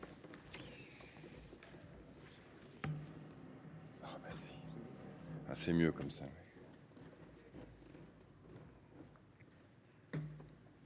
Merci